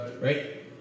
right